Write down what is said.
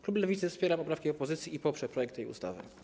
Klub Lewicy wspiera poprawki opozycji i poprze projekt ustawy.